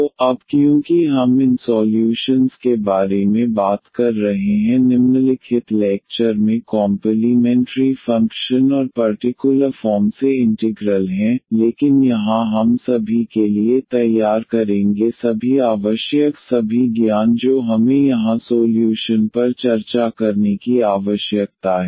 तो अब क्योंकि हम इन सॉल्यूशंस के बारे में बात कर रहे हैं निम्नलिखित लेक्चर में कॉम्पलीमेंट्री फंक्शन और पर्टिकुलर फॉर्म से इंटिग्रल हैं लेकिन यहां हम सभी के लिए तैयार करेंगे सभी आवश्यक सभी ज्ञान जो हमें यहाँ सोल्यूशन पर चर्चा करने की आवश्यकता है